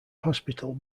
hospital